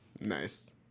nice